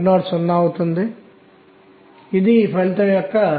boron కి 1s2 2s2 2p1 గా ఉంది